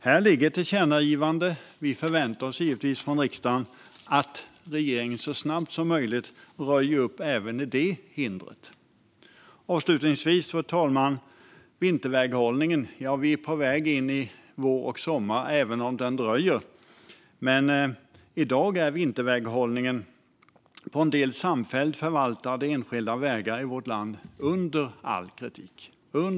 Här finns ett tillkännagivande, och vi förväntar oss givetvis från riksdagen att regeringen så snabbt som möjligt röjer upp även när det gäller detta hinder. Avslutningsvis, fru talman, handlar det om vinterväghållningen. Vi är på väg in i vår och sommar, även om det dröjer. Men i dag är vinterväghållningen på en del samfällt förvaltade enskilda vägar i vårt land under all kritik.